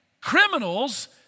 criminals